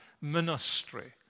ministry